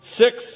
six